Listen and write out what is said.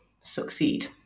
succeed